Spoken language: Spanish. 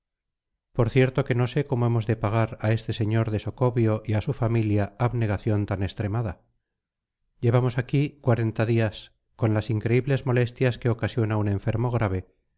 por cierto que no sé cómo hemos de pagar a este sr de socobio y a su familia abnegación tan extremada llevamos aquí cuarenta días con las increíbles molestias que ocasiona un enfermo grave